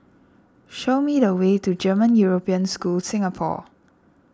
show me the way to German European School Singapore